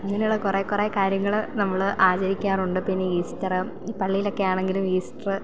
അങ്ങനെയുള്ള കുറേ കുറേ കാര്യങ്ങൾ നമ്മൾ ആചരിക്കാറുണ്ട് പിന്നെ ഈസ്റ്ററ് പള്ളിയിലൊക്കെ ആണെങ്കിലും ഈസ്റ്ററ്